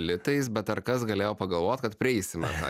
litais bet ar kas galėjo pagalvot kad prieisime tą